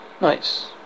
nice